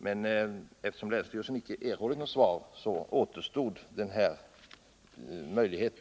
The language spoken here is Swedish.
Men eftersom länsstyrelsen icke erhållit något svar återstod bara denna möjlighet.